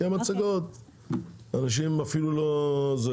כי מצגות, אנשים אפילו לא זה.